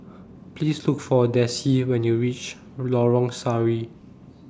Please Look For Dessie when YOU REACH Lorong Sari